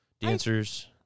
dancers